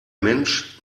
mensch